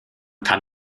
kann